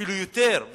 אפילו יותר,